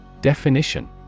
Definition